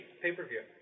pay-per-view